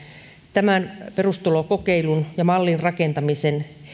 tämän perustulokokeilun ja mallin rakentamisen